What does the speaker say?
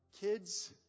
Kids